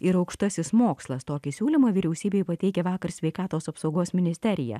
ir aukštasis mokslas tokį siūlymą vyriausybei pateikė vakar sveikatos apsaugos ministerija